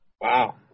Wow